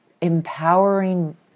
empowering